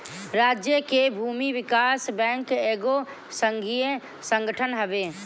राज्य के भूमि विकास बैंक एगो संघीय संगठन हवे